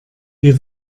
wir